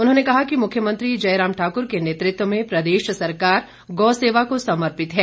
उन्होंने कहा कि मुख्यमंत्री जयराम ठाकुर के नेतृत्व में प्रदेश सरकार गौ सेवा को समर्पित है